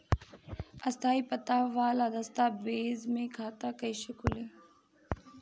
स्थायी पता वाला दस्तावेज़ से खाता कैसे खुली?